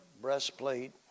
breastplate